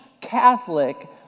Catholic